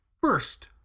first